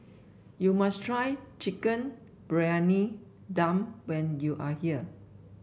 you must try Chicken Briyani Dum when you are here